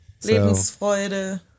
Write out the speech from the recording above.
Lebensfreude